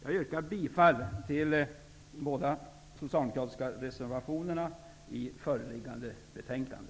Jag yrkar bifall till båda de socialdemokratiska reservationerna i föreliggande betänkande.